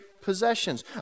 possessions